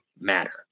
matter